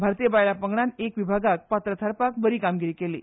भारतीय बायलां पंगडान एका विभागाक पात्र थारपाक बरी कामगिरी केली